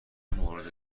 مورد